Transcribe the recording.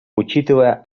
учитывая